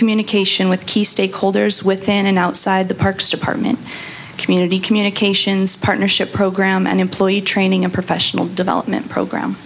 communication with key stakeholders within and outside the parks department community communiqu partnership program and employee training and professional development program